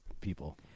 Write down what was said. people